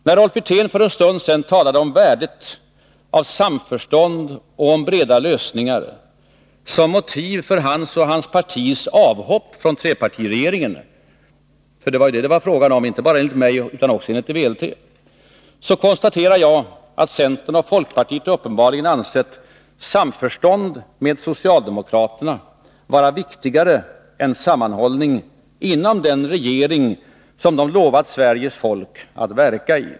När Rolf Wirtén för en stund sedan talade om värdet av samförstånd och breda lösningar som motiv för hans och hans partis avhopp från trepartiregeringen — för det var ju detta det var fråga om, inte bara enligt mig utan också enligt VLT — kontaterar jag att centern och folkpartiet uppenbarligen ansett samförstånd med socialdemokraterna vara viktigare än sammanhållning inom den regering som de lovat Sveriges folk att verka i.